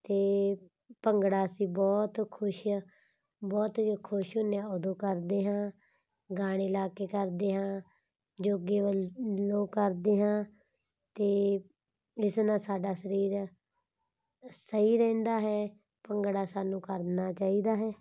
ਅਤੇ ਭੰਗੜਾ ਅਸੀਂ ਬਹੁਤ ਖੁਸ਼ ਹਾਂ ਬਹੁਤ ਖੁਸ਼ ਹੁੰਦੇ ਹਾਂ ਉਦੋਂ ਕਰਦੇ ਹਾਂ ਗਾਣੇ ਲਗਾ ਕੇ ਕਰਦੇ ਹਾਂ ਯੋਗੇ ਲੋਕ ਕਰਦੇ ਹਾਂ ਅਤੇ ਇਸ ਨਾਲ ਸਾਡਾ ਸਰੀਰ ਸਹੀ ਰਹਿੰਦਾ ਹੈ ਭੰਗੜਾ ਸਾਨੂੰ ਕਰਨਾ ਚਾਹੀਦਾ ਹੈ